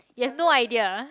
you have no idea